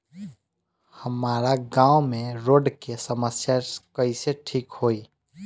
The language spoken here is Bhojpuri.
हमारा गाँव मे रोड के समस्या कइसे ठीक होई?